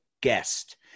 guest